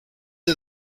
are